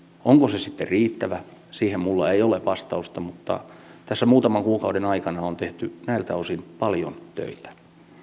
onko se sitten riittävä siihen minulla ei ole vastausta mutta tässä muutaman kuukauden aikana on tehty näiltä osin paljon töitä